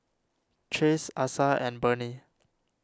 Chase Asa and Burney